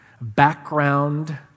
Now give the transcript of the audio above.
Background